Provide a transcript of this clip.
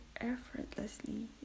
effortlessly